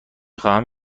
خواهم